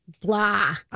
Blah